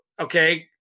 okay